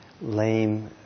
lame